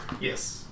Yes